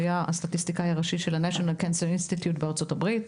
שהיה הסטטיסטיקאי הראשי של ה-national cancer institute בארצות הברית,